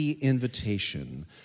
invitation